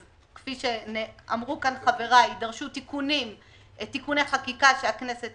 כפי שאמרו כאן חבריי, יידרשו תיקוני חקיקה שהכנסת